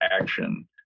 action